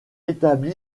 établi